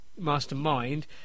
Mastermind